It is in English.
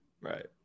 Right